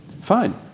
fine